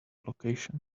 location